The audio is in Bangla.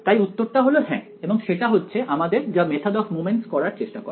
তাই উত্তরটি হলো হ্যাঁ এবং সেটা হচ্ছে আমাদের যা মেথদ অফ মমেন্টস করার চেষ্টা করে